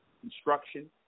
construction